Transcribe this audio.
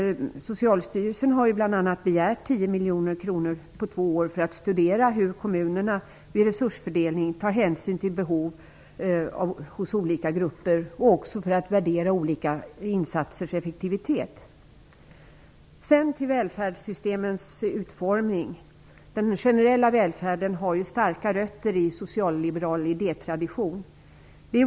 Socialstyrelsen har bl.a. begärt 10 miljoner kronor på två år för att studera hur kommunerna vid resursfördelning tar hänsyn till behov hos olika grupper och för att värdera olika insatsers effektivitet. Så skall jag gå över till välfärdssystemens utformning. Den generella välfärden har starka rötter i den socialliberala idétraditionen.